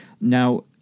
Now